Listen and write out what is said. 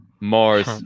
Mars